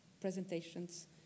presentations